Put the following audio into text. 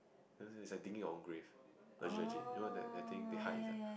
it's like digging your own grave legit legit you know that that thing they hide inside